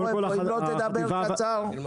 קודם כל,